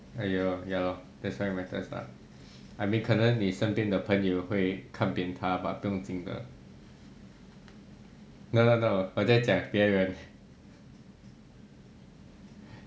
!aiyo! ya lor that's why it matters lah I mean 可能你身边的朋友会看扁他 but 不用紧的 no no no 我再讲别人